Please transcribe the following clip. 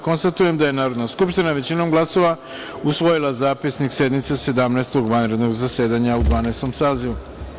Konstatujem da je Narodna skupština većinom glasova usvojila Zapisnik sednice Sedamnaestog vanrednog zasedanja u Dvanaestom sazivu.